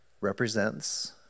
represents